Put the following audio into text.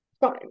fine